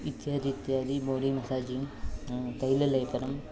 इत्यादि इत्यादि body massaging तैललेपनम्